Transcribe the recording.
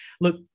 Look